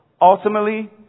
Ultimately